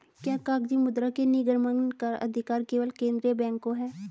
क्या कागजी मुद्रा के निर्गमन का अधिकार केवल केंद्रीय बैंक को है?